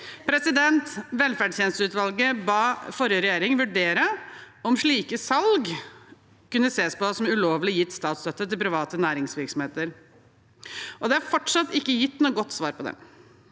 i byggene. Velferdstjenesteutvalget ba forrige regjering vurdere om slike salg kunne ses på som ulovlig gitt statsstøtte til private næringsvirksomheter. Det er fortsatt ikke gitt noe godt svar på det.